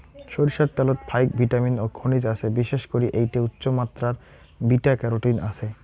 সইরষার ত্যালত ফাইক ভিটামিন ও খনিজ আছে, বিশেষ করি এ্যাইটে উচ্চমাত্রার বিটা ক্যারোটিন আছে